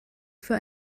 für